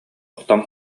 охтон